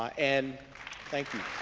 and thank you